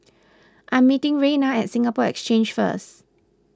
I am meeting Reina at Singapore Exchange first